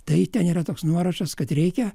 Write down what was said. tai ten yra toks nuorašas kad reikia